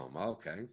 Okay